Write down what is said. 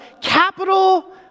capital